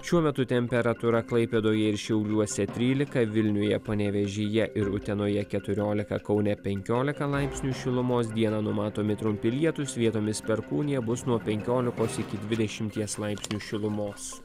šiuo metu temperatūra klaipėdoje ir šiauliuose trylika vilniuje panevėžyje ir utenoje keturiolika kaune penkiolika laipsnių šilumos dieną numatomi trumpi lietūs vietomis perkūnija bus nuo penkiolikos iki dvidešimties laipsnių šilumos